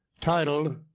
titled